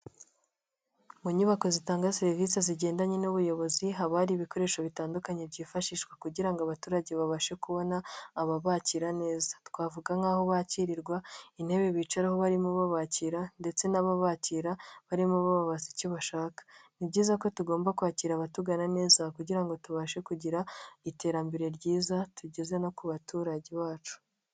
Mu nyubako zitanga serivisi zigendanye n'ubuyobozi haba hari ibikoresho bitandukanye byifashishwa kugira ngo abaturage babashe kubona ababakira neza, twavuga nk'aho bakirirwa, intebe bicaraho barimo babakira ndetse n'ababakira barimo bababaza icyo bashaka. Ni byiza ko tugomba kwakira abatugana neza kugira ngo tubashe kugira iterambere ryiza tugeza no ku baturage bacu.